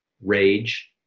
rage